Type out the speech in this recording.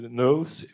knows